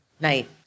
night